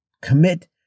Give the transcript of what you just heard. Commit